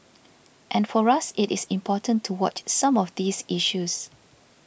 and for us it is important to watch some of these issues